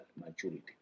maturity